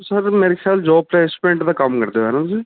sir ਮੇਰੇ ਖਿਆਲ job placement ਦਾ ਕੰਮ ਕਰਦੇ ਓ ਹੈਨਾ ਤੁਸੀਂ